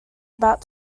about